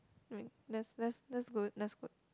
mm that's that's that's good that's good